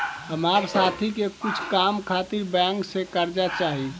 हमार साथी के कुछ काम खातिर बैंक से कर्जा चाही